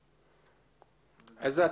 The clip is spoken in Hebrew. אלחרומי,